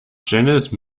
janice